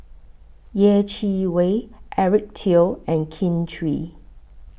Yeh Chi Wei Eric Teo and Kin Chui